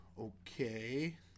okay